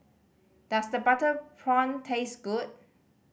does the butter prawn taste good